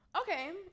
Okay